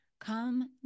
Come